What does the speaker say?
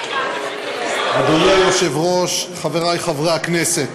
אדוני היושב-ראש, חברי חברי הכנסת,